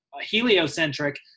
heliocentric